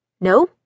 No